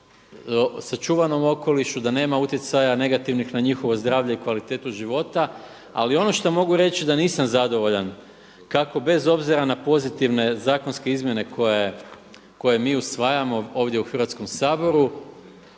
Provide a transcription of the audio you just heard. sačuvanom okolišu, da nema utjecaja negativnih na njihovo zdravlje i kvalitetu života. Ali ono šta mogu reći da nisam zadovoljan kako bez obzira na pozitivne zakonske izmjene koje mi usvajamo ovdje u Hrvatskom saboru,